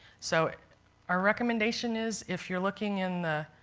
so our recommendation is if you're looking in the